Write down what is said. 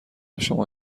شما